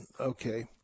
Okay